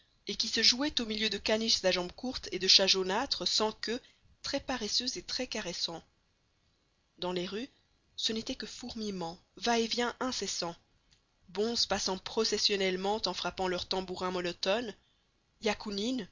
et qui se jouaient au milieu de caniches à jambes courtes et de chats jaunâtres sans queue très paresseux et très caressants dans les rues ce n'était que fourmillement va-et-vient incessant bonzes passant processionnellement en frappant leurs tambourins monotones